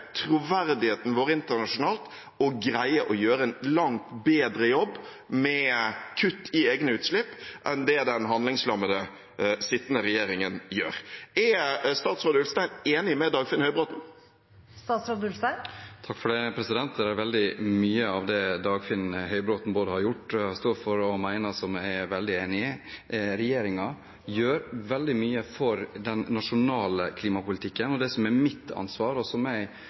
troverdigheten vår internasjonalt å gjøre en langt bedre jobb med kutt i egne utslipp enn det den handlingslammede sittende regjeringen gjør. Er statsråd Ulstein enig med Dagfinn Høybråten? Det er veldig mye av det Dagfinn Høybråten både har gjort, stått for og ment som jeg er veldig enig i. Regjeringen gjør veldig mye for den nasjonale klimapolitikken. Det som er mitt ansvar, og som